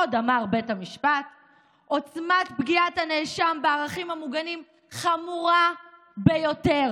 עוד אמר בית המשפט: עוצמת פגיעת הנאשם בערכים המוגנים חמורה ביותר.